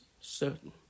certain